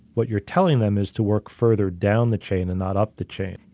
what you're telling them is to work further down the chain and not up the chain,